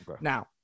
Now